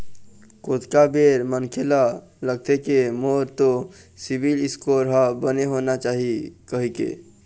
ओतका बेर मनखे ल लगथे के मोर तो सिविल स्कोर ह बने होना चाही कहिके